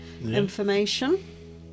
information